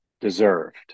deserved